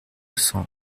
sang